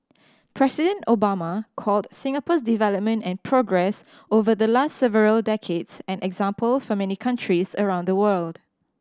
President Obama called Singapore's development and progress over the last several decades an example for many countries around the world